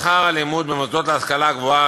שכר הלימוד במוסדות להשכלה גבוהה,